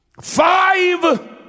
Five